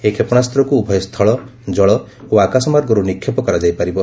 ଏହି କ୍ଷେପଣାସ୍ତ୍ରକୁ ଉଭୟ ସ୍ଥଳ ଜଳ ଓ ଆକାଶମାର୍ଗରୁ ନିକ୍ଷେପ କରାଯାଇ ପାରିବ